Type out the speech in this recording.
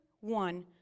one